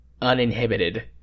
uninhibited